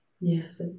Yes